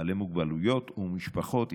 לבעלי מוגבלויות ולמשפחות יחידניות.